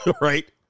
right